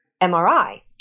MRI